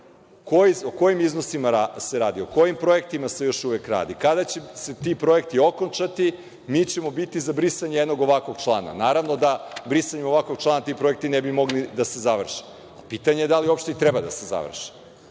o kojim iznosima se radi, o kojim projektima se još uvek radi, kada će se ti projekti okončati, mi ćemo biti za brisanje jednog ovakvog člana. Naravno da brisanjem ovakvog člana ti projekti ne bi mogli da se završe. Pitanje je da li uopšte i treba da se završe?